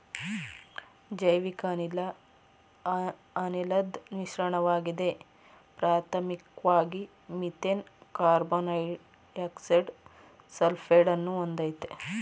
ಜೈವಿಕಅನಿಲ ಅನಿಲದ್ ಮಿಶ್ರಣವಾಗಿದೆ ಪ್ರಾಥಮಿಕ್ವಾಗಿ ಮೀಥೇನ್ ಕಾರ್ಬನ್ಡೈಯಾಕ್ಸೈಡ ಸಲ್ಫೈಡನ್ನು ಹೊಂದಯ್ತೆ